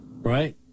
right